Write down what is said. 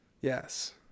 Yes